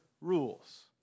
rules